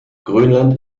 grönland